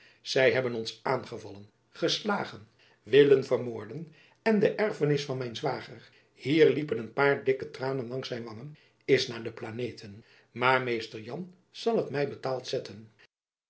zy hebben ons aangevallen geslagen willen vermoorden en de erfenis van mijn zwager hier liepen een paar jacob van lennep elizabeth musch dikke tranen langs zijn wangen is naar de planeten maar mr jan zal het my betaald zetten